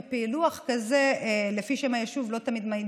ופילוח כזה לפי שם היישוב לא תמיד מעיד